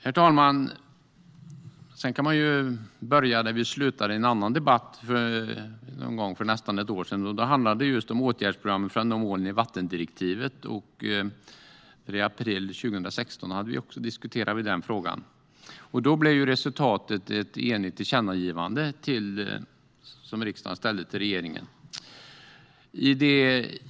Herr talman! Man kan börja där vi slutade i en annan debatt för nästan ett år sedan. Då handlade det just om åtgärdsprogrammet för att nå målen i vattendirektivet. I april 2016 diskuterade vi den frågan. Då blev resultatet ett tillkännagivande från riksdagen till regeringen.